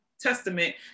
testament